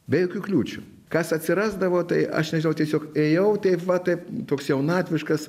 be jokių kliūčių kas atsirasdavo tai aš nežinau tiesiog ėjau taip va taip toks jaunatviškas